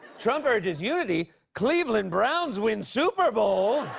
trump urges unity! cleveland browns win super bowl!